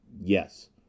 Yes